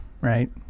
right